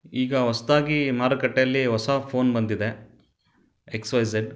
ಈಗ ಹೊಸ್ದಾಗಿ ಮಾರುಕಟ್ಟೆಯಲ್ಲಿ ಹೊಸ ಫೋನ್ ಬಂದಿದೆ ಎಕ್ಸ್ ವೈ ಝಡ್